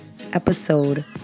episode